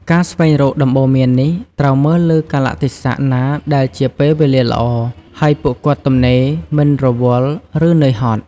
ការស្វែងរកដំបូន្មាននេះ ត្រូវមើលលើកាលៈទេសៈណាដែលជាពេលវេលាល្អ ហើយពួកគាត់ទំនេរ មិនរវល់ ឬនឿយហត់។